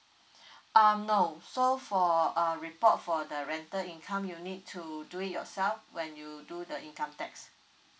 um no so for a report for the rental income you need to do it yourself when you do the income tax